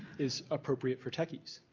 is appropriate for techies.